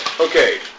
okay